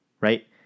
Right